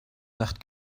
nacht